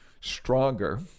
stronger